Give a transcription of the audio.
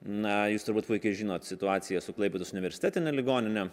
na jūs turbūt puikiai žinot situaciją su klaipėdos universitetine ligonine